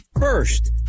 first